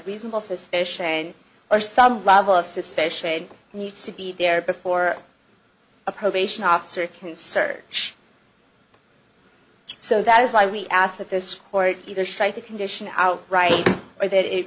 reasonable suspicion or some level of suspicion needs to be there before a probation officer can search so that is why we ask that this court either cite the condition outright or th